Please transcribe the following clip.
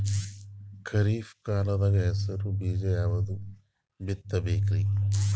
ಖರೀಪ್ ಕಾಲದಾಗ ಹೆಸರು ಬೀಜ ಯಾವದು ಬಿತ್ ಬೇಕರಿ?